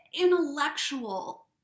intellectual